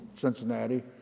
Cincinnati